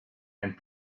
and